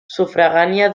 sufragània